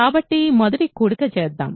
కాబట్టి మొదట కూడిక చేద్దాం